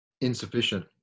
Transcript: insufficient